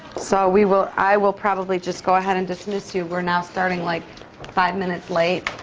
so we will i will probably just go ahead and dismiss you. we're now starting like five minutes late,